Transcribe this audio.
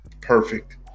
perfect